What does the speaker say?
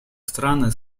страны